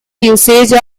usage